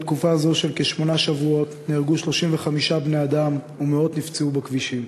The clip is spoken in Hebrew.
בתקופה זו של כשמונה שבועות נהרגו 35 בני-אדם ומאות נפצעו בכבישים.